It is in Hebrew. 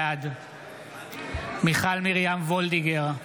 בעד מיכל מרים וולדיגר,